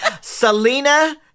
Selena